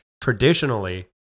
traditionally